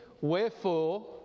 Wherefore